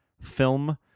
film